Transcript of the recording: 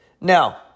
Now